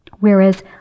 Whereas